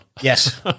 Yes